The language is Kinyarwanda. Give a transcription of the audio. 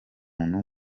muntu